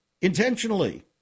intentionally